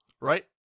right